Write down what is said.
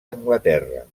anglaterra